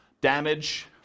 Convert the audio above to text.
Damage